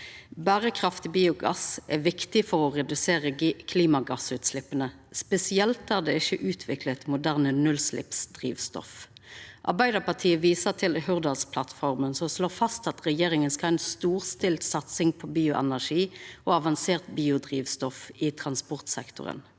Berekraftig biogass er viktig for å redusera klimagassutsleppa, spesielt der det ikkje er utvikla moderne nullutsleppsdrivstoff. Arbeidarpartiet viser til Hurdalsplattforma, som slår fast at regjeringa skal ha «en storstilt satsing på norsk bioenergi og avansert biodrivstoff i transportsektoren»,